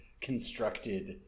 constructed